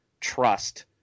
trust